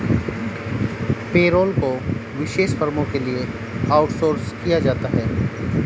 payroll को विशेष फर्मों के लिए आउटसोर्स किया जाता है